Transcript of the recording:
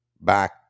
back